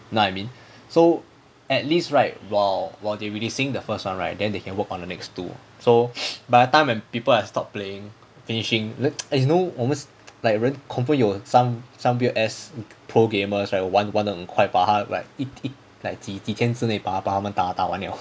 you know I mean so at least right while while they releasing the first [one] right then they can work on the next two so by the time when people have stop playing finishing you know 我们 like 人 confirm 有 some some weird ass pro gamers right 玩玩得很快把他 like it it like 几几天之内把他们把他们打玩了